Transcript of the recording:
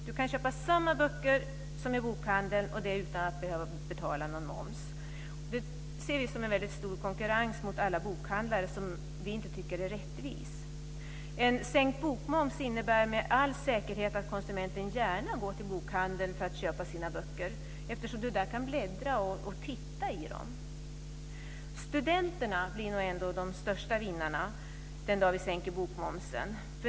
Du kan köpa samma böcker som i bokhandeln, och det utan att behöva betala moms. Det ser vi som en konkurrens mot alla bokhandlare som inte är rättvis. En sänkt bokmoms innebär med all säkerhet att konsumenten gärna går till bokhandeln för att köpa sina böcker, eftersom du där kan bläddra och titta i dem. Studenterna blir nog ändå de största vinnarna den dag vi sänker bokmomsen.